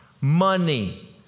money